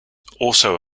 also